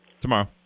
tomorrow